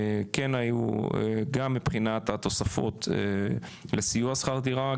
כן היו גם מבחינת התוספות לסיוע שכר דירה,